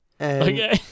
Okay